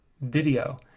video